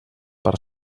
per